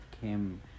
came